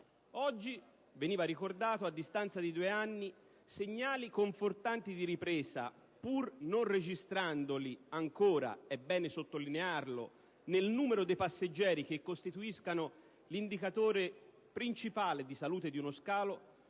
Oggi - veniva ricordato - a distanza di due anni, segnali confortanti di ripresa, pur non registrandosi ancora, è bene sottolinearlo, nel numero dei passeggeri, che costituiscono l'indicatore principale di salute di uno scalo,